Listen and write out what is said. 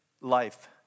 life